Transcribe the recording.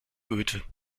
goethe